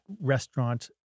restaurant